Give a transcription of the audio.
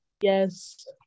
Yes